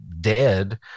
dead